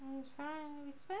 he's fine he's fine